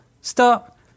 stop